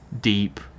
deep